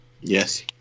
Yes